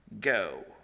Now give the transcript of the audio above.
go